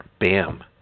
bam